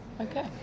Okay